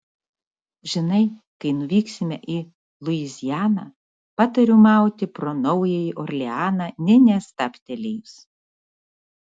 žinai kai nuvyksime į luizianą patariu mauti pro naująjį orleaną nė nestabtelėjus